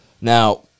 now